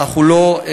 אנחנו לא,